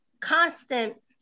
constant